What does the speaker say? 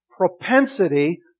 propensity